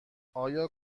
آیا